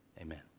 Amen